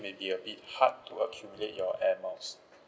it may be a bit hard to accumulate your air miles